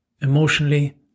emotionally